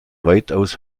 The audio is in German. weitaus